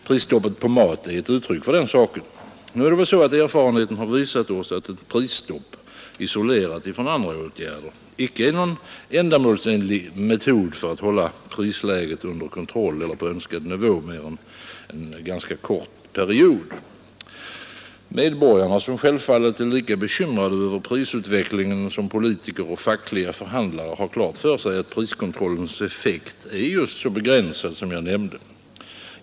Prisstoppet på mat är ett uttryck för den saken, Nu har erfarenheten visat oss att ett prisstopp, isolerat från andra åtgärder, icke är någon ändamålsenlig metod för att hålla prisläget under kontroll eller på önskad nivå mer än en ganska kort period. Medborgarna, som självfallet är lika bekymrade över prisutvecklingen som politiker och fackliga förhandlare, har klart för sig att priskontrollens effekt är just så begränsad som jag nämnde.